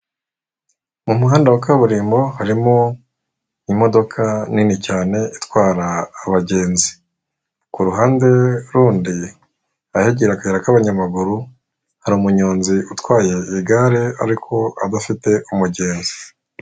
Mu muhanda wa kaburimbo harimo imodoka nini cyane itwara abagenzi, ku ruhande rundi ahegereye akayira k'abanyamaguru hari umuyonzi utwaye igare ariko adafite umugenzi.